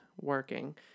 working